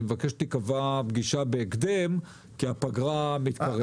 מבקש שתקבע פגישה בהקדם כי הפגרה מתקרבת.